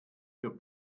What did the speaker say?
für